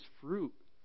fruit